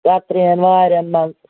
کَترِویٚن واریٚن منٛز